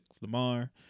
Lamar